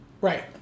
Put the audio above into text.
Right